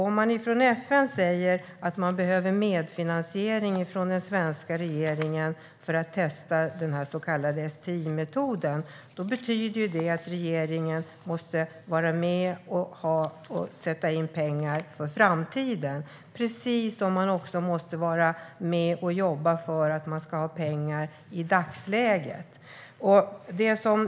Om man från FN säger att man behöver medfinansiering från den svenska regeringen för att testa den så kallade SIT-metoden betyder det att regeringen måste vara med och sätta in pengar för framtiden, precis som den måste vara med och jobba för att man ska ha pengar i dagsläget.